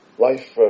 life